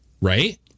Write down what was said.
right